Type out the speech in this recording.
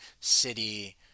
city